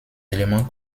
éléments